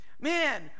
Man